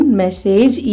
message